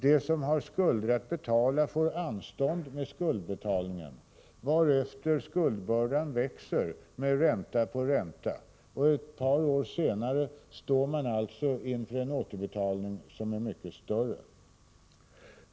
De länder som har skulder att betala får anstånd med skuldbetalningen, varefter skuldbördan växer med ränta på ränta. Ett par år senare står landet alltså inför en återbetalning som är mycket större.